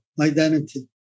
identity